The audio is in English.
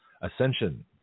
ascension